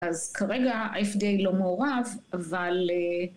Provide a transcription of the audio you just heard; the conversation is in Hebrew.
אז כרגע ה-FDA לא מעורב, אבל...